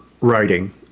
writing